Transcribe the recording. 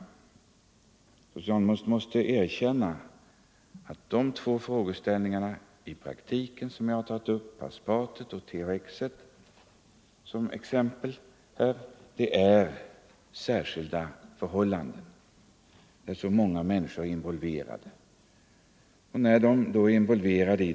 Socialministern måste erkänna att de två frågeställningar som jag tagit upp som exempel, preparaten Paspat och THX, är speciella, eftersom så många människor är involverade.